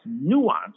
nuance